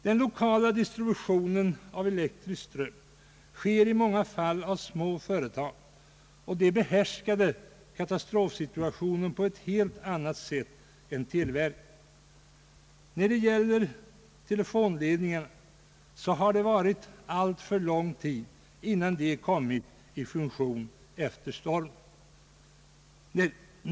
Den lokala distributionen av elektrisk ström sköts i många fall av små företag, och de behärskade katastrofsituationen på ett helt annat sätt än televerket. Det har dröjt alltför lång tid innan telefonledningarna kommit i funktion efter stormen.